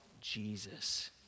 Jesus